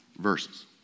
verses